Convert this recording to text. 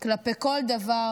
כלפי כל דבר